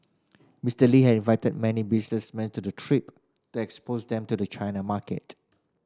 Mister Lee had invited many businessmen to the trip to expose them to the China market